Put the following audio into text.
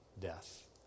death